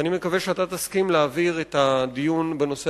אני מקווה שאתה תסכים להעביר את הדיון בנושא